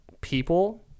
people